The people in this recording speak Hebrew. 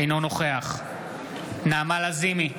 אינו נוכח נעמה לזימי,